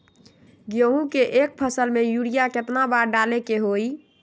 गेंहू के एक फसल में यूरिया केतना बार डाले के होई?